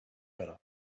better